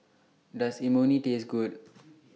Does Imoni Taste Good